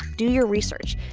do your research.